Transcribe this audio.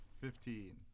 Fifteen